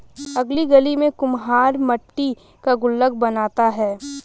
अगली गली में कुम्हार मट्टी का गुल्लक बनाता है